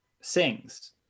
sings